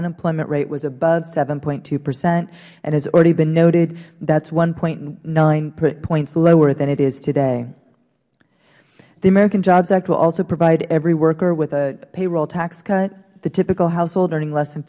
unemployment rate was above seven point two percent and as already noted that is one point nine points lower than it is today the american jobs act will also provide every worker with a payroll tax cut the typical household earning